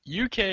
UK